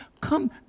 come